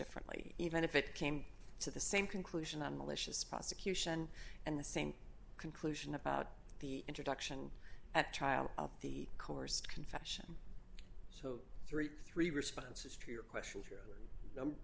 frankly even if it came to the same conclusion on malicious prosecution and the same conclusion about the introduction at trial of the coerced confession so thirty three responses to your question